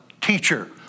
teacher